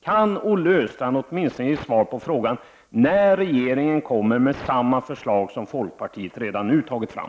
Kan Olle Östrand åtminstone ge ett svar på frågan när regeringen kommer med samma förslag som folkpartiet redan nu har tagit fram?